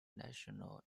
national